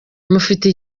mufite